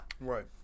Right